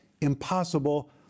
impossible